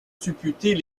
supputer